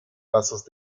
pasos